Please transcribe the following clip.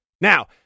Now